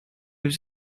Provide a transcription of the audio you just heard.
was